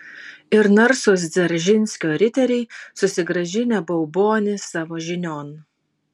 ir narsūs dzeržinskio riteriai susigrąžinę baubonį savo žinion